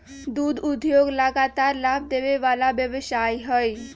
दुध उद्योग लगातार लाभ देबे वला व्यवसाय हइ